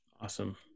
Awesome